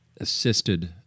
assisted